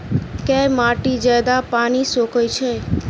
केँ माटि जियादा पानि सोखय छै?